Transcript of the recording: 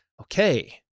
Okay